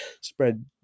spread